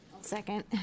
Second